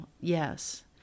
Yes